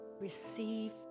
receive